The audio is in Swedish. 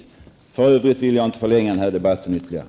I övrigt vill jag inte förlänga debatten ytterligare.